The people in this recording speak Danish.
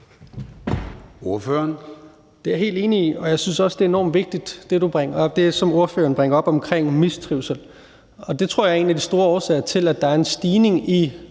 Det er jeg helt enig i, og jeg synes også, det er enormt vigtigt, hvad ordføreren bringer op omkring mistrivsel. Det tror jeg er en af de store årsager til, at der er en stigning i